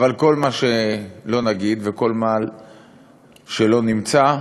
אבל כל מה שלא נגיד וכל מה שלא נמצא,